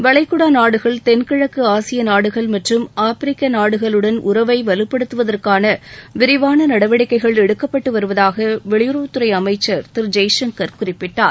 வளைகுடா நாடுகள் தெள் கிழக்கு ஆசிய நாடுகள் மற்றும் ஆப்பிரிக்க நாடுகளுடன் உறவுகளை வலுப்படுத்துவதற்கான விரிவான நடவடிக்கைகள் எடுக்கப்பட்டு வருவதாக வெளியுறவுத்துறை அமைச்சர் திரு ஜெய்சங்கர் குறிப்பிட்டார்